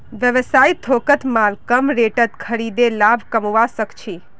व्यवसायी थोकत माल कम रेटत खरीदे लाभ कमवा सक छी